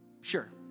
Sure